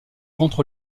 rentre